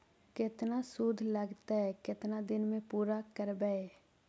केतना शुद्ध लगतै केतना दिन में पुरा करबैय?